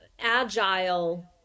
agile